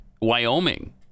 Wyoming